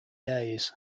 days